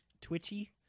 twitchy